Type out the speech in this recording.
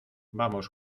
vamos